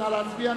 נא להצביע,